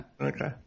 Okay